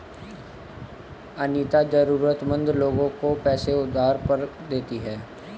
अनीता जरूरतमंद लोगों को पैसे उधार पर देती है